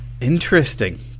Interesting